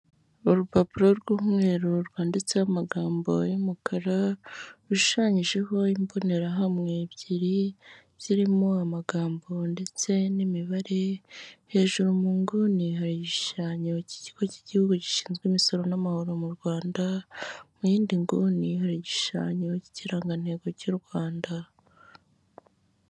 Urupapuro rw'umweru rwanditseho amagambo y'umukara, rushushanyijeho imbonerahamwe ebyiri zirimo amagambo ndetse n'imibare, hejuru mu nguni hari igishushanyo cy'ikigo cy'igihugu gishinzwe imisoro n'amahoro mu Rwanda, mu yindi nguni hari igishushanyo k'ikirangantego cy'u Rwanda.